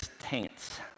taints